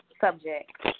subject